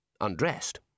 undressed